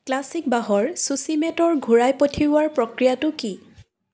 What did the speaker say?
classic বাঁহৰ চুচি মেটৰ ঘূৰাই পঠিওৱাৰ প্ৰক্ৰিয়াটো কি